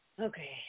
Okay